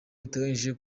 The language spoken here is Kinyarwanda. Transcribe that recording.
iteganyijwe